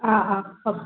ആ ആ ഓ